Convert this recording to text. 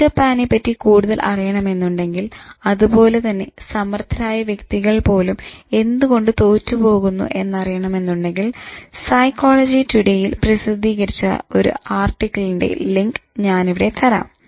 Peter Pan നെ പറ്റി കൂടുതൽ അറിയണമെന്നുണ്ടെങ്കിൽ അതുപോലെ തന്നെ സമർഥരായ വ്യക്തികൾ പോലും എന്തുകൊണ്ട് തോറ്റു പോകുന്നു എന്ന് അറിയണമെന്നുണ്ടെങ്കിൽ സൈക്കോളജി ടുഡേ യിൽ പ്രസിദ്ധീകരിച്ച ഒരു ആർട്ടിക്കിളി ന്റെ ലിങ്ക് ഞാൻ ഇവിടെ തരാം